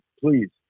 please